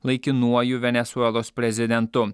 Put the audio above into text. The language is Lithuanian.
laikinuoju venesuelos prezidentu